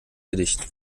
gedicht